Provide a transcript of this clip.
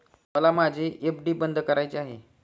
मला माझी एफ.डी बंद करायची आहे